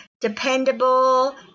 dependable